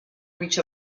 breach